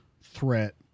threat